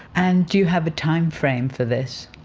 and do you have a timeframe for this?